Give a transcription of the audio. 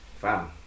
fam